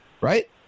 Right